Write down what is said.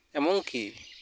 ᱮᱢᱚᱱ ᱠᱤ